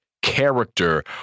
Character